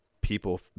people